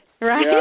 right